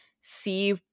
see